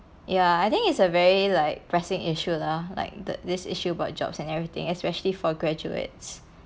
ya I think it's a very like pressing issue lah like the this issue about jobs and everything especially for graduates